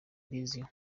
mbiziho